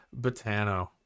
Botano